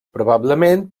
probablement